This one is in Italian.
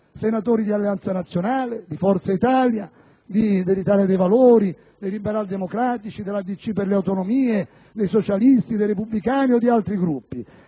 senatori di Alleanza Nazionale, di Forza Italia, degli Italiani nel mondo, dei Liberaldemocratici, della DC per le autonomie, dei Socialisti, dei Repubblicani o di altri Gruppi: